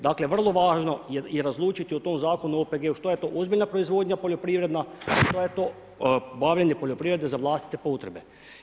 Dakle, vrlo važno je razlučiti u tom Zakonu o OPG-u što je to ozbiljna proizvodnja poljoprivredna, što je to bavljenje poljoprivredom za vlastite potrebe.